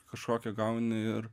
kažkokią gauni ir